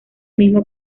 mismo